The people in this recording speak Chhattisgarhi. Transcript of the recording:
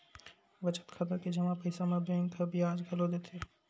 बचत खाता के जमा पइसा म बेंक ह बियाज घलो देथे